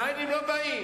מאין הם לא באים?